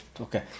okay